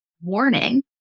warning